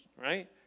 right